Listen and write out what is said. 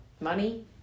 Money